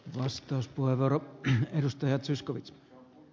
arvoisa herra puhemies